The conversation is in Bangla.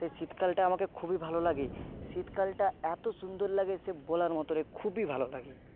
তাই শীতকালটা আমাকে খুবই ভালো লাগে শীতকালটা এতো সুন্দর লাগে সে বলার মতো খুবই ভালো লাগে